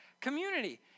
Community